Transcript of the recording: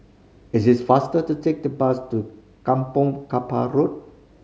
is it faster to take the bus to Kampong Kapor Road